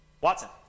Watson